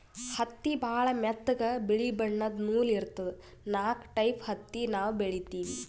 ಹತ್ತಿ ಭಾಳ್ ಮೆತ್ತಗ ಬಿಳಿ ಬಣ್ಣದ್ ನೂಲ್ ಇರ್ತದ ನಾಕ್ ಟೈಪ್ ಹತ್ತಿ ನಾವ್ ಬೆಳಿತೀವಿ